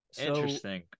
Interesting